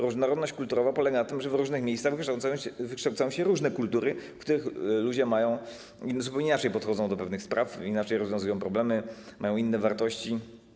Różnorodność kulturowa polega na tym, że w różnych miejscach wykształcają się różne kultury, w których ludzie zupełnie inaczej podchodzą do pewnych spraw, inaczej rozwiązują problemy, mają inne wartości.